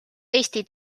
eesti